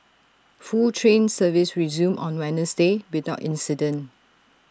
full train service resumed on Wednesday without incident